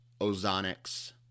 Ozonics